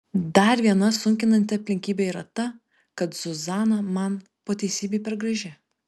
dar viena sunkinanti aplinkybė yra ta kad zuzana man po teisybei per graži